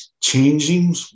changing